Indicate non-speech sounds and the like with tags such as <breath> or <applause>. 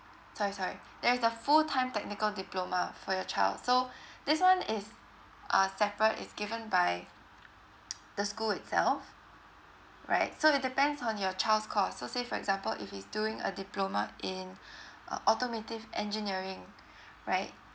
sorry sorry there is the full time technical diploma for your child so this one is uh separate it's given by the school itself right so it depends on your child's call so say for example if he's doing a diploma in <breath> uh automotive engineering right